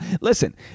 Listen